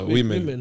Women